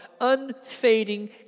unfading